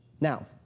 Now